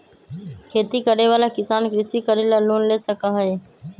खेती करे वाला किसान कृषि करे ला लोन ले सका हई